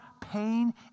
pain